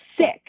sick